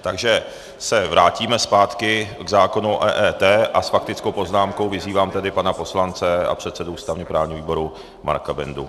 Takže se vrátíme zpátky k zákonu o EET a s faktickou poznámkou vyzývám tedy pana poslance a předsedu ústavněprávního výboru Marka Bendu.